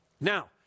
Now